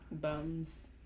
Bums